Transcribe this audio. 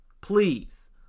please